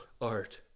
art